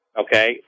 okay